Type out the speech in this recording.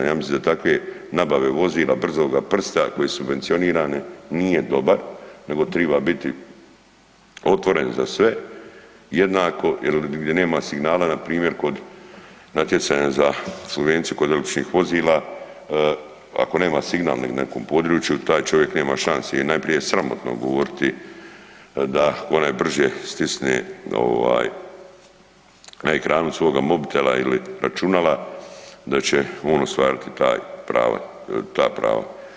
Ja mislim da takve nabave vozila brzoga prsta koje su subvencionirane nije dobar nego triba biti otvoren za sve jednako, jer gdje nema signala npr. kod natjecanja za subvenciju kod električnih vozila, ako nema signal na nekom području taj čovjek nema šanse i najprije je sramotno govoriti da onaj brže stisne ovaj na ekranu svoga mobitel ili računala da će on ostvariti ta prava.